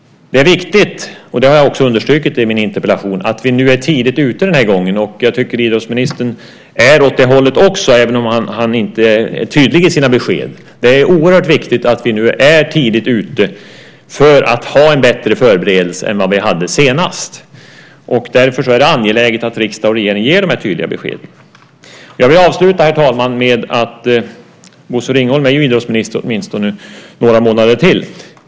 Det är viktigt, och det har jag också understrukit i min interpellation, att vi är tidigt ute den här gången. Jag tycker att idrottsministern lutar åt det hållet också, även om han inte är tydlig i sina besked. Det är oerhört viktigt att vi nu är tidigt ute för att ha en bättre förberedelse än vad vi hade senast. Därför är det angeläget att riksdag och regering ger de här tydliga beskeden. Jag vill avsluta med något annat. Bosse Ringholm är ju idrottsminister, åtminstone några månader till.